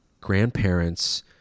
grandparents